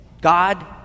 God